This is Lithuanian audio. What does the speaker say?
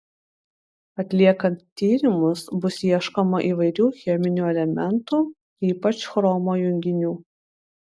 atliekant tyrimus bus ieškoma įvairių cheminių elementų ypač chromo junginių